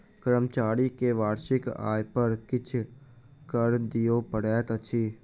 कर्मचारी के वार्षिक आय पर किछ कर दिअ पड़ैत अछि